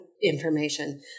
information